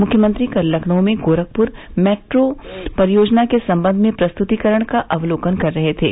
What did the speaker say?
मुख्यमंत्री कल लखनऊ में गोरखपुर मेट्रो परियोजना के सम्बंध में प्रस्तुतीकरण का अवलोकन कर रहे थे